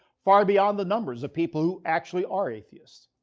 far beyond the numbers of people who actually are atheist.